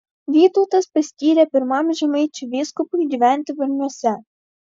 vytautas paskyrė pirmam žemaičių vyskupui gyventi varniuose